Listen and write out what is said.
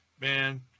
man